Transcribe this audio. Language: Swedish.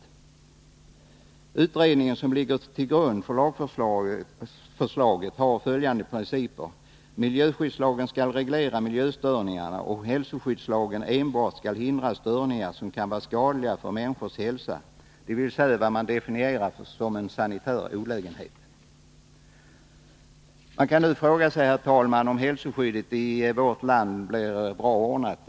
Den utredning som ligger till grund för lagförslaget hade följande principer: miljöskyddslagen skall reglera miljöstörningarna, och hälsoskyddslagen skall enbart hindra störningar som kan vara skadliga för människors hälsa, dvs. vad man definierar som en sanitär olägenhet. Man kan fråga sig, herr talman, om hälsoskyddet i vårt land nu blir bra ordnat.